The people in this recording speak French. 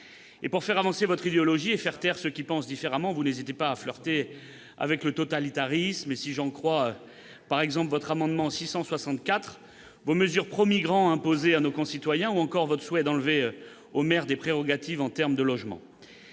» Pour faire avancer votre idéologie et faire taire ceux qui pensent différemment, vous n'hésitez pas à flirter avec le totalitarisme, si j'en crois, par exemple, votre amendement n° 664, vos mesures pro-migrants imposées à nos concitoyens, ou encore votre souhait de retirer aux maires des prérogatives en termes de logement.